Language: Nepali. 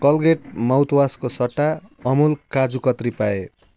कोलगेट माउथ वासको सट्टा अमुल काजु कत्री पाएँ